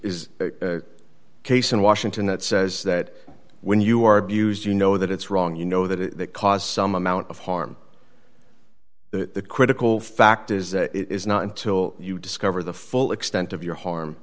is a case in washington that says that when you are abused you know that it's wrong you know that that cause some amount of harm the critical fact is that it is not until you discover the full extent of your